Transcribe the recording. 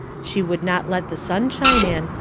she would not let the sunshine in,